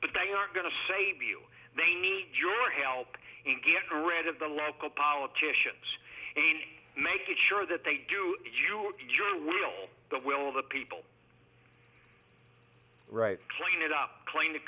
but they aren't going to save you they need your help in get rid of the local politicians make sure that they do you do your will the will of the people right clean it up clean the